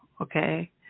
okay